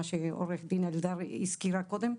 מה שעורכת דין אלדר הזכירה קודם,